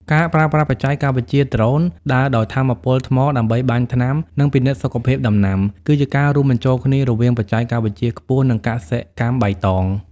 ការប្រើប្រាស់បច្ចេកវិទ្យាដ្រូន ដើរដោយថាមពលថ្មដើម្បីបាញ់ថ្នាំ និងពិនិត្យសុខភាពដំណាំ គឺជាការរួមបញ្ចូលគ្នារវាងបច្ចេកវិទ្យាខ្ពស់ និងកសិកម្មបៃតង។